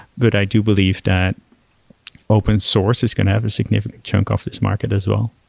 but i do believe that open source is going to have a significant chunk of this market as well.